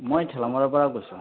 মই ঠেলামৰাৰ পৰা কৈছোঁ